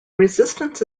resistance